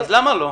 אז למה לא?